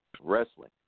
Wrestling